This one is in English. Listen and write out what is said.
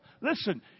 Listen